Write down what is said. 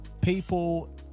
people